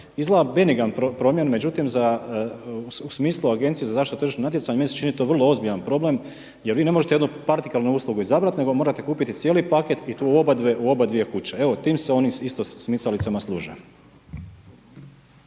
Izgleda benigan problem međutim u smislu Agencije za zaštitu tržišnog natjecanja meni se čini to vrlo ozbiljan problem jer vi ne možete jednu partikalnu uslugu izabrati nego morate kupiti cijeli pakat i to u obadvije kuće. Evo, time se oni isto smicalicama služe.